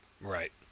Right